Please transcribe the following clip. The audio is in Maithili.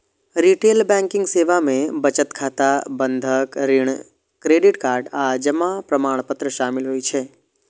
रिटेल बैंकिंग सेवा मे बचत खाता, बंधक, ऋण, क्रेडिट कार्ड आ जमा प्रमाणपत्र शामिल होइ छै